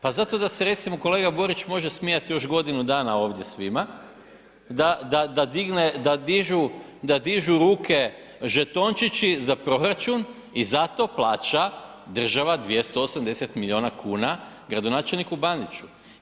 Pa zato da se recimo kolega Borić može smijati još godinu dana ovdje svima, da digne, da dižu ruke žetončići za proračun i zato plaća država 280 milijuna kuna gradonačelniku Bandiću.